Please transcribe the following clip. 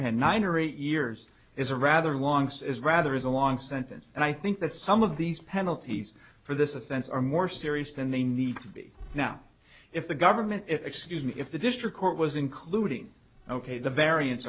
had nine or eight years is a rather long is rather is a long sentence and i think that some of these penalties for this offense are more serious than they need to be now if the government excuse me if the district court was including ok the variance